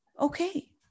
okay